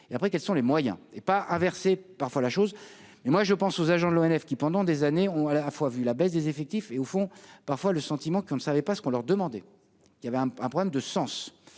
et après quels sont les moyens et pas à verser parfois la chose, mais moi je pense aux agents de l'ONF, qui pendant des années on à la fois vu la baisse des effectifs, et au fond, parfois le sentiment qu'on ne savait pas ce qu'on leur demander, il y avait un problème de sens